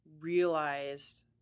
realized